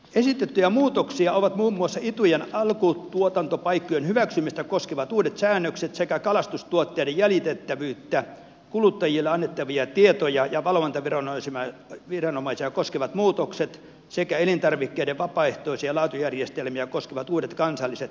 esitettyjä muutoksia ovat muun muassa itujen alkutuotantopaikkojen hyväksymistä koskevat uudet säännökset sekä kalastustuotteiden jäljitettävyyttä kuluttajille annettavia tietoja ja valvontaviranomaisia koskevat muutokset sekä elintarvikkeiden vapaaehtoisia laatujärjestelmiä koskevat uudet kansalliset hyväksymissäännökset